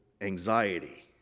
anxiety